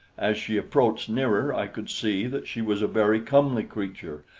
as she approached nearer i could see that she was a very comely creature,